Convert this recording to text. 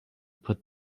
put